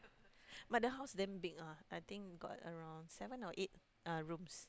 but the house damn big ah I think got around seven or eight uh rooms